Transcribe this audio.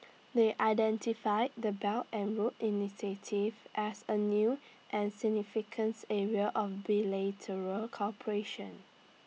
they identified the belt and road initiative as A new and significance area of bilateral cooperation